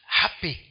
happy